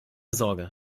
sorge